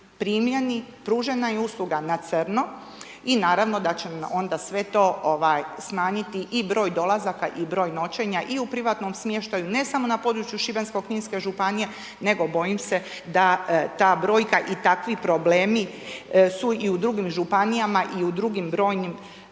primljeni, pružena je usluga na crno i naravno da ćemo onda sve to ovaj smanjiti i broj dolazaka i broj noćenja i u privatnom smještaju ne samo na području Šibensko-kninske županije, nego bojim se da ta brojka i takvi problemi su i u drugim županijama i u drugim brojnim